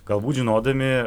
galbūt žinodami